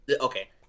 okay